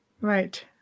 Right